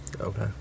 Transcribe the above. Okay